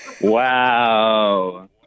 Wow